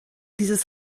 dieses